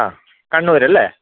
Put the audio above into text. ആ കണ്ണൂർ അല്ലേ